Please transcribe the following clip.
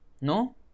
No